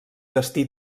destí